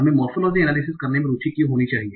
हमें morphology analysis करने में रुचि क्यों होनी चाहिए